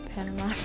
Panama